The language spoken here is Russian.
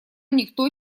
никто